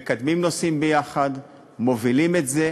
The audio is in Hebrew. מקדמים נושאים יחד, מובילים את זה,